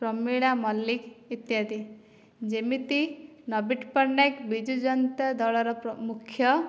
ପ୍ରମିଳା ମଲ୍ଲିକ ଇତ୍ୟାଦି ଯେମିତି ନବୀନ ପଟ୍ଟନାୟକ ବିଜୁ ଜନତାଦଳର ପ୍ର ମୁଖ୍ୟ